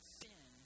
sin